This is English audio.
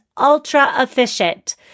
ultra-efficient